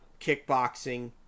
kickboxing